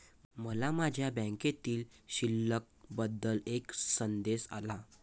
मला माझ्या बँकेतील शिल्लक बद्दल एक संदेश आला